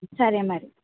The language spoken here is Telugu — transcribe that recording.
సరే మరి